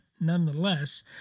nonetheless